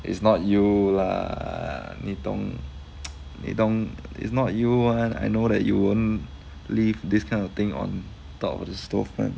it's not you lah 你懂 they don't it's not you one I know that you won't leave this kind of thing on top of the stove one